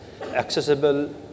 accessible